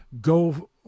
go